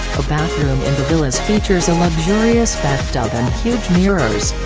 a bathroom in the villas features a luxurious bathtub and huge mirrors.